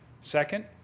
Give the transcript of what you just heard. Second